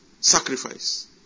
Sacrifice